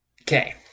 Okay